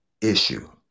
issue